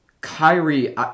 Kyrie